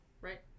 Right